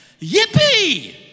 Yippee